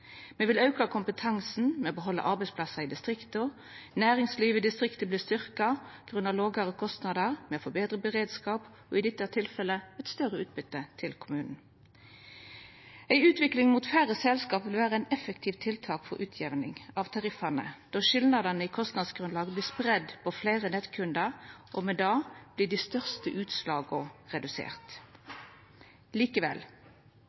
Me vil auka kompetansen, me beheld arbeidsplassar i distrikta, næringslivet i distrikta vert styrkt grunna lågare kostnader, me får betre beredskap og i dette tilfellet større utbytte til kommunen. Ei utvikling mot færre selskap vil vera eit effektivt tiltak for utjamning av tariffane då skilnadene i kostnadsgrunnlaget vert spreidde på fleire nettkundar, og med det vert dei største utslaga reduserte. Likevel,